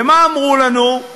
ומה אמרו לנו?